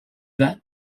that